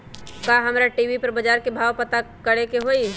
का हमरा टी.वी पर बजार के भाव पता करे के होई?